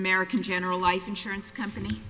american general life insurance company